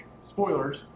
Spoilers